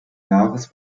jahres